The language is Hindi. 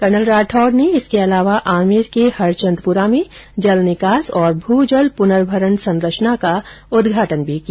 कर्नल राठौड़ ने इसके अलावा आमेर के हरचन्दपुरा में जल निकास और भू जल पुनर्भरण संरचना का उदघाटन भी किया